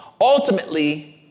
ultimately